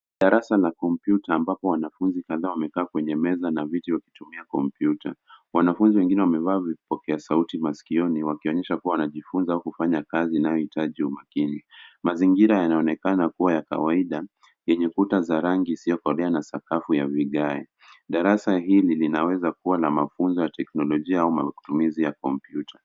Darasa na kompyuta ambapo wanafunzi kadhaa wamekaa kwenye meza a viti wakitumia kompyuta. Wanafunzi wengine wamevaa vipokea sauti masikioni, wakionyesha kua wanajifunza kufanya kazi inayohitaji umakini. Mazingira yanaonekana kua ya kawaida, yenye kuta za rangi isiyokolea na sakafu ya vigae. Darasa hili linaeza kua na mafunzo ya teknolojia au matumizi ya kompyuta.